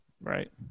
right